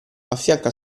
affianco